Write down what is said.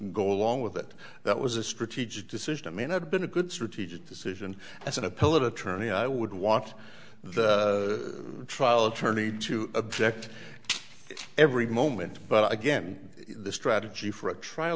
go along with it that was a strategic decision i mean i've been a good strategic decision as an appellate attorney i would want the trial attorney to object every moment but again the strategy for a trial